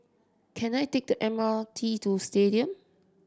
can I take the M R T to Stadium